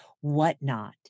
whatnot